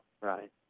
right